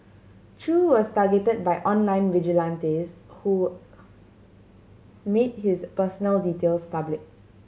Chew was targeted by online vigilantes who made his personal details public